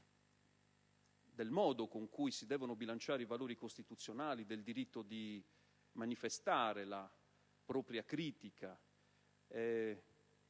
del modo con cui si devono bilanciare i valori costituzionali del diritto di manifestare la propria critica